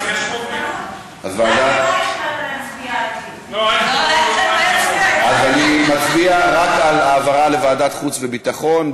אז אני מצביע רק על העברה לוועדת חוץ וביטחון,